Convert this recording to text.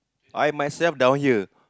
I myself down here